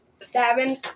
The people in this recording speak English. Stabbing